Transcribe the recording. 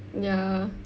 ya